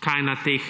kaj na teh